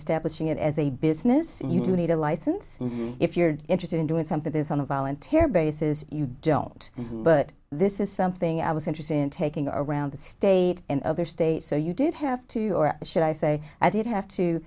establishing it as a business and you do need a license if you're interested in doing something this on a volunteer basis you don't but this is something i was interested in taking around the state and other states so you did have to or should i say i did have to